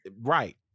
right